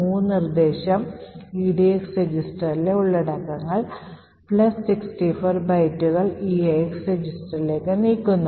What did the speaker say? Mov നിർദ്ദേശം edx രജിസ്റ്ററിലെ ഉള്ളടക്കങ്ങൾ 64 ബൈറ്റുകൾ eax രജിസ്റ്ററിലേക്ക് നീക്കുന്നു